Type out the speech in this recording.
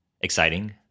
exciting